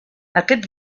aquest